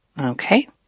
Okay